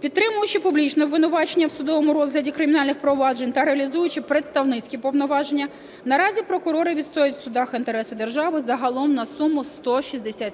Підтримуючи публічне обвинувачення в судовому розгляді кримінальних проваджень та реалізуючи представницькі повноваження, наразі прокурори відстоюють в судах інтереси держави загалом на суму 167